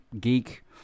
geek